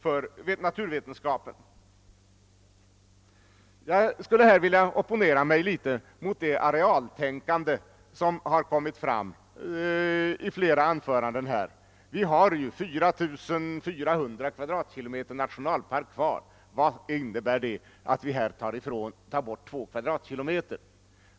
På den förebyggande sjukvården, hälsovården, lägger vi däremot ned oändligt litet. Vi har inte heller några möjligheter att i kronor och ören fastställa vinsten av att bibehålla en orörd natur, en rekreationsmiljö där vi kan koppla av före och efter arbetet.